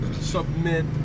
submit